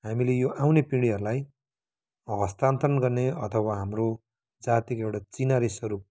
हामीले यो आउने पिँढीहरूलाई हस्तान्तरण गर्ने अथवा हाम्रो जातिको एउटा चिह्नारी स्वरूप